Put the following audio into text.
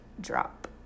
drop